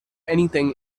anything